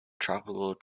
tropical